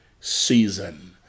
season